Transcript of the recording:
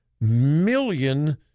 million